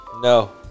No